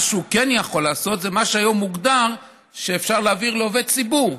מה שהוא כן יכול לעשות זה מה שהיום מוגדר שאפשר להעביר לעובד ציבור.